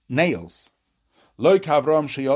nails